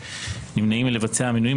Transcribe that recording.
נמנעים מלבצע מינויים,